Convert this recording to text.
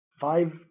five